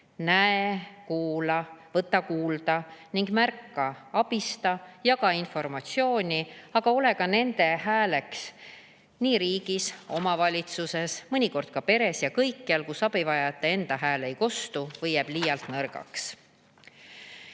näe, kuula, võta kuulda ning märka, abista, jaga informatsiooni, aga ole ka nende inimeste hääleks nii riigis kui omavalitsuses, mõnikord ka peres ja üldse kõikjal, kus abivajajate enda hääl jääb liialt nõrgaks.